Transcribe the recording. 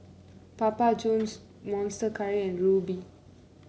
Papa Johns Monster Curry and Rubi